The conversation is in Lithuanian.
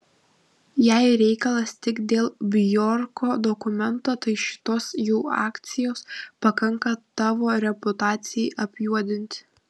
jei reikalas tik dėl bjorko dokumento tai šitos jų akcijos pakanka tavo reputacijai apjuodinti